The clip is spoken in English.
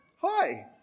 hi